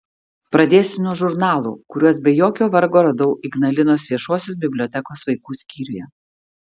pradėsiu nuo žurnalų kuriuos be jokio vargo radau ignalinos viešosios bibliotekos vaikų skyriuje